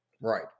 Right